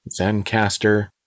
Zencaster